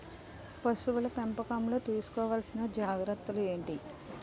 పశువుల పెంపకంలో తీసుకోవల్సిన జాగ్రత్తలు ఏంటి?